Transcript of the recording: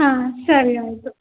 ಹಾಂ ಸರಿ ಆಯಿತು